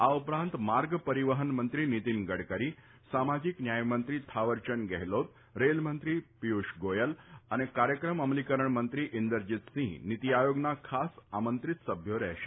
આ ઉપરાંત માર્ગ પરિવફન મંત્રી નીતિન ગડકરી સામાજીક ન્યાય મંત્રી થાવરચંદ ગેફલોત રેલ મંત્રી પિયુષ ગોથલ અને કાર્ચક્રમ અમલીકરણ મંત્રી ઈંદરજીતસિંફ નીતિ આયોગના ખાસ આમંત્રીત સભ્યો રહેશે